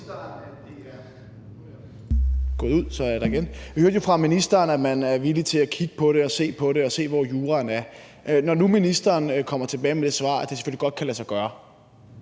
Vi hørte jo fra ministeren, at man er villig til at kigge på det og se på, hvor juraen er. Når nu ministeren kommer tilbage med det svar, at det selvfølgelig godt kan lade sig gøre